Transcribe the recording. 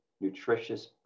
nutritious